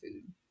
food